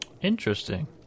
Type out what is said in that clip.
Interesting